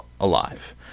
alive